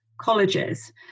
colleges